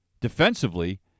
Defensively